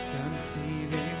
Conceiving